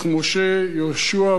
יהושע והשופטים,